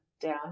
down